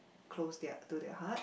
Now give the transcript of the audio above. close their to their heart